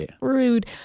Rude